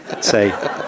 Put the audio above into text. say